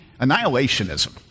annihilationism